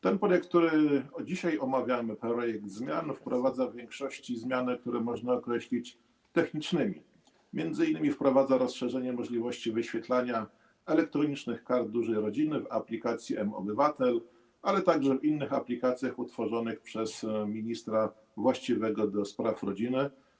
Ten projekt, który dzisiaj omawiamy, projekt zmian, wprowadza w większości zmiany, które można określić technicznymi, m.in. wprowadza rozszerzenie możliwości wyświetlania elektronicznych Kart Dużej Rodziny w aplikacji mObywatel, ale także w innych aplikacjach utworzonych przez ministra właściwego do spraw rodziny.